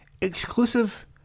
exclusive